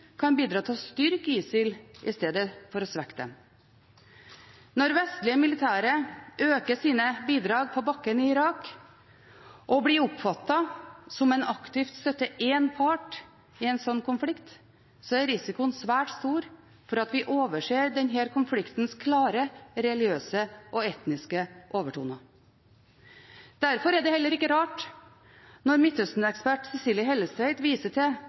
kan bidra til å styrke ISIL i stedet for å svekke dem. Når vestlige militære øker sine bidrag på bakken i Irak og blir oppfattet som om en aktivt støtter en part i en slik konflikt, er risikoen svært stor for at vi overser denne konfliktens klare religiøse og etniske overtoner. Derfor er det heller ikke rart når Midtøsten-ekspert Cecilie Hellestveit viser til